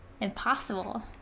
impossible